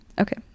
okay